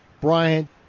Brian